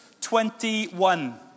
21